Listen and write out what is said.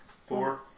four